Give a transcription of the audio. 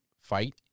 fight